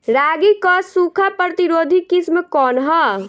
रागी क सूखा प्रतिरोधी किस्म कौन ह?